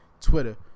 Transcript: Twitter